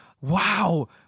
Wow